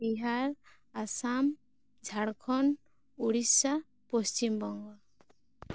Bihar Assam Jharkhand Odisha Paschim Banga